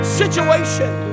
situation